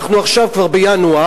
אנחנו עכשיו בינואר,